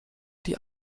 die